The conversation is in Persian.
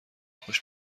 خوش